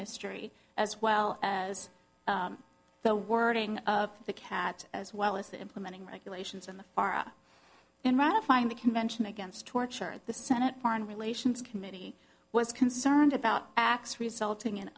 history as well as the wording of the cat as well as the implementing regulations in the fara in ratifying the convention against torture the senate foreign relations committee was concerned about acts resulting in